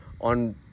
on